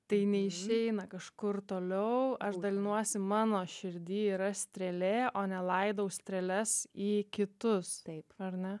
tai neišeina kažkur toliau aš dalinuosi mano širdy yra strėlė o ne laidau strėles į kitus taip ar ne